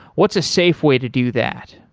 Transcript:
what's a safe way to do that?